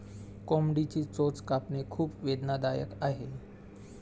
कोंबडीची चोच कापणे खूप वेदनादायक आहे